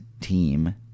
team